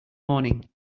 morning